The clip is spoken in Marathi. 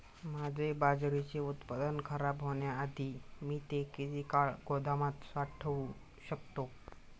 माझे बाजरीचे उत्पादन खराब होण्याआधी मी ते किती काळ गोदामात साठवू शकतो?